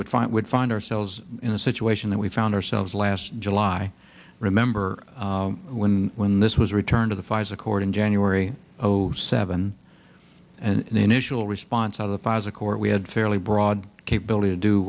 would find would find ourselves in a situation that we found ourselves last july remember when when this was returned to the pfizer court in january of zero seven and the initial response of the pfizer court we had fairly broad capability to do